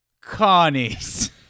connies